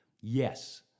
Yes